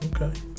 Okay